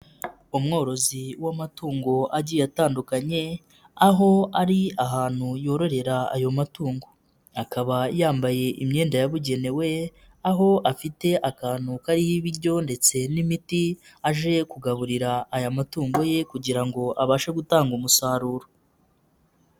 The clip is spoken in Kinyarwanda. Umworozi w'amatungo agiye atandukanye, aho ari ahantu yororera ayo matungo. Akaba yambaye imyenda yabugenewe, aho afite akantu kariho ibiryo ndetse n'imiti, aje kugaburira aya matungo ye kugira ngo abashe gutanga umusaruro.